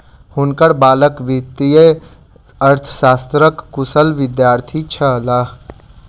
हुनकर बालक वित्तीय अर्थशास्त्रक कुशल विद्यार्थी छलाह